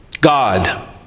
God